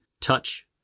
Touch